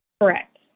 Correct